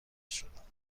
شدهاند